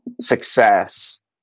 success